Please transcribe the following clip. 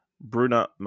Bruna